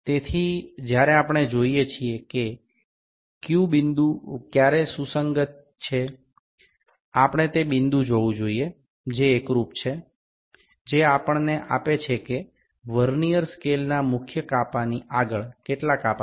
તેથી જ્યારે આપણે જોઈએ છીએ કે કયુ બિંદુ ક્યારે સુસંગત છે આપણે તે બિંદુ જોવું જોઈએ જે એકરુપ છે જે આપણને આપે છે કે વર્નીઅર સ્કેલના મુખ્ય સ્કેલ કાપાની આગળ કેટલા કાપા છે